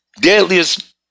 deadliest